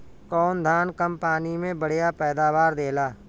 कौन धान कम पानी में बढ़या पैदावार देला?